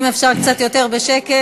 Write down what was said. אם אפשר קצת יותר בשקט,